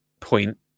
point